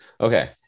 Okay